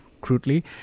crudely